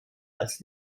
als